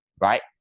Right